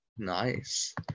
nice